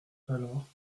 alors